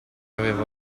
aveva